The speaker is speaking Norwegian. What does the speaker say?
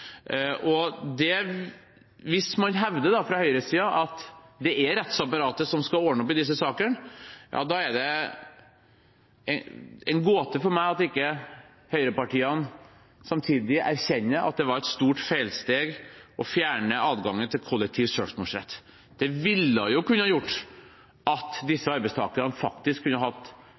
i slike situasjoner. Hvis man fra høyresiden hevder at det er rettsapparatet som skal ordne opp i disse sakene, er det en gåte for meg at ikke høyrepartiene samtidig erkjenner at det var et stort feilsteg å fjerne adgangen til kollektiv søksmålsrett. Det ville kunne ha gjort at disse arbeidstakerne faktisk kunne hatt